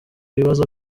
ibibazo